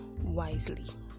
wisely